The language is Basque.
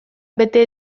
bete